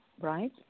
right